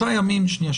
לא.